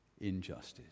injustice